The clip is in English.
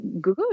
Good